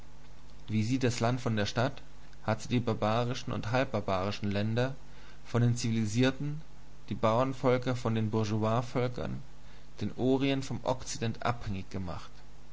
wie sie das land von der stadt hat sie die barbarischen und halbbarbarischen länder von den zivilisierten die bauernvölker von den bourgeoisvölkern den orient vom okzident abhängig gemacht